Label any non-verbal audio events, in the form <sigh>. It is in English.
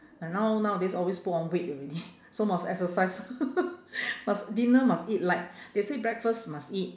uh now~ nowadays always put on weight already so must exercise <laughs> must dinner must eat light <breath> they say breakfast must eat